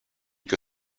que